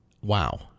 wow